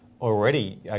already